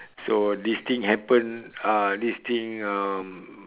so this thing happen uh this thing um